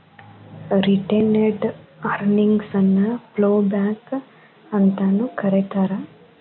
retained earnings ನ plough back ಅಂತಾನೂ ಕರೇತಾರ